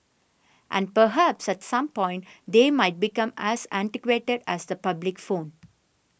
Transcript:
and perhaps at some point they might become as antiquated as the public phone